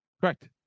Correct